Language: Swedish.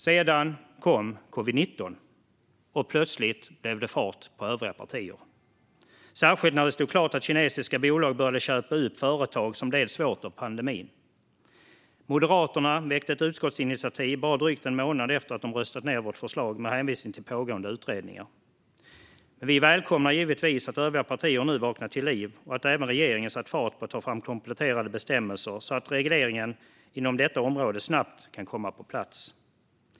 Sedan kom covid-19, och plötsligt blev det fart på övriga partier, särskilt när det stod klart att kinesiska bolag började köpa upp företag som led svårt av pandemin. Moderaterna väckte ett utskottsinitiativ bara drygt en månad efter att de röstat ned vårt förslag med hänvisning till pågående utredningar. Men vi välkomnar givetvis att övriga partier nu vaknat till liv och att även regeringen satt fart när det gäller att ta fram kompletterande bestämmelser så att regleringen inom detta område snabbt kan komma på plats.